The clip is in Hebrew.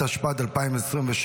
התשפ"ד 2023,